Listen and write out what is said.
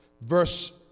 verse